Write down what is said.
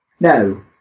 no